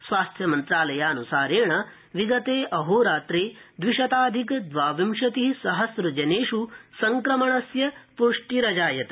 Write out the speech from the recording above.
स्वास्थ्यमन्त्रालयान्सारेण विगते अहोरात्रे द्विशताधिक द्वाविंशति सहस्रजनेष् संक्रमणस्य पृष्टिरजायत